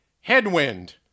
Headwind